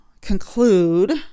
conclude